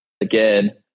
again